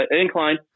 incline